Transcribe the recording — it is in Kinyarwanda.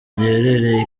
giherereye